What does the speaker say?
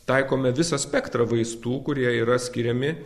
taikome visą spektrą vaistų kurie yra skiriami